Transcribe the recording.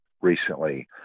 recently